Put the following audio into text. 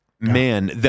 man